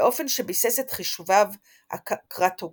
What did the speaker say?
באופן שביסס את חישוביו הקרטוגרפיים,